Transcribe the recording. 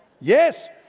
Yes